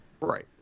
right